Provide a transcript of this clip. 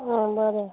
आं बरें